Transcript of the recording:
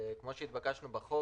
כמו שהתבקשנו בחוק,